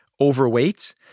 overweight